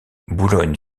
boulogne